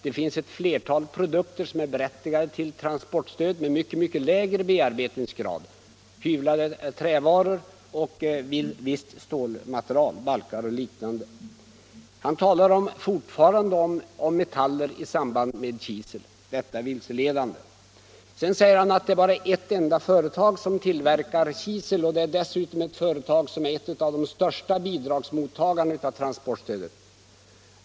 Det finns ett flertal produkter med mycket lägre bearbetningsgrad som är berättigade till transportstöd — ohyvlade trävaror och visst stålmaterial, balkar och liknande. Han talar fortfarande om metall i samband med kisel. Detta är vilseledande. Sedan säger herr Östrand att det bara är ett enda företag som tillverkar kisel och att detta företag är en av de största bidragsmottagarna när det gäller transportstödet.